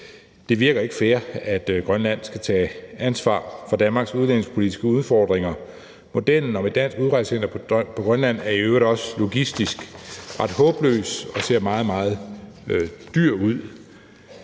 Det virker ikke fair, at Grønland skal tage ansvar for Danmarks udlændingepolitiske udfordringer. Modellen om et dansk udrejsecenter på Grønland er i øvrigt også logistisk ret håbløs – den ser meget, meget dyr ud.